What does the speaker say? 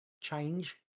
change